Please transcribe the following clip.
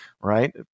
right